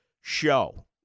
show